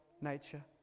nature